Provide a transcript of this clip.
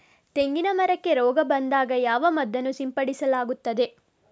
ತೆಂಗಿನ ಮರಕ್ಕೆ ರೋಗ ಬಂದಾಗ ಯಾವ ಮದ್ದನ್ನು ಸಿಂಪಡಿಸಲಾಗುತ್ತದೆ?